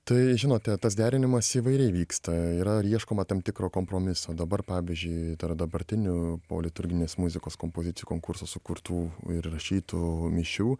tai žinote tas derinimas įvairiai vyksta yra ieškoma tam tikro kompromiso dabar pavyzdžiui tarp dabartinių po liturginės muzikos kompozicijų konkurso sukurtų ir įrašytų mišių